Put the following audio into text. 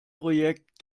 projekt